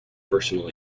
personnel